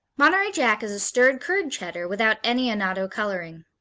monterey jack is a stirred curd cheddar without any annatto coloring.